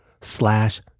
slash